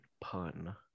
pun